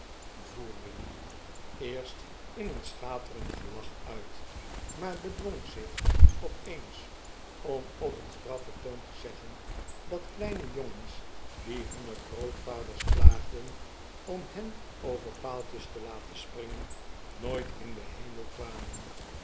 voerden eerst in een schaterend gelach uit maar bedwong zich op eens om op een straffen toon te zeggen dat kleine jongens die hunne grootvaders plaagden om hen over paaltjes te laten springen nooit in den hemel kwamen